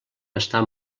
estar